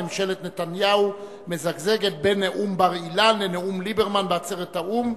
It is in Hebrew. ממשלת נתניהו מזגזגת בין נאום בר-אילן לנאום ליברמן בעצרת האו"ם.